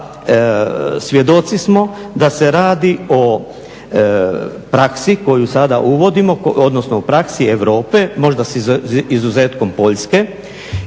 svjedoci smo da se radi o praksi koju sada uvodimo, odnosno o praksi Europe, možda s izuzetkom Poljske